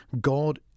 God